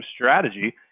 strategy